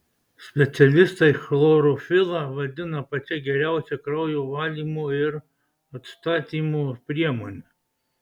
specialistai chlorofilą vadina pačia geriausia kraujo valymo ir atstatymo priemone